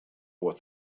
with